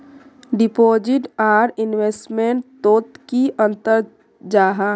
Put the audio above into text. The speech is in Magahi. डिपोजिट आर इन्वेस्टमेंट तोत की अंतर जाहा?